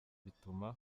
bituma